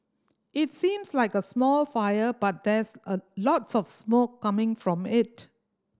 it seems like a small fire but there's a lots of smoke coming from it